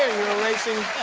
were racing.